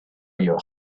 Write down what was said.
your